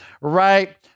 right